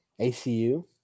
ACU